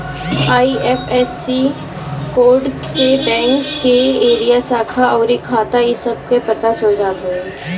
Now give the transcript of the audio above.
IFSC code से bank के area, शाखा अउरी खाता इ सब के पता चल जात हवे